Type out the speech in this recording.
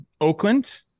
Oakland